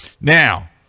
Now